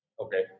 Okay